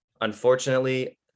unfortunately